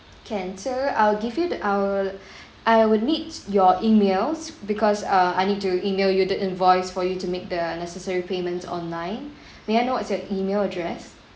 can so I'll give you I will I would need your emails because uh I need to email you the invoice for you to make the necessary payments online may I know what's your email address